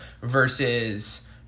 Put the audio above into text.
versus